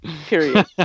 Period